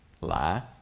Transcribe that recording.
Lie